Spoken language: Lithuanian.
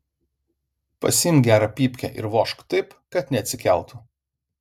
pasiimk gerą pypkę ir vožk taip kad neatsikeltų